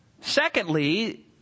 Secondly